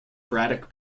braddock